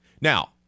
Now